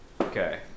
okay